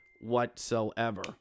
whatsoever